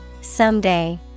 Someday